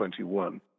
2021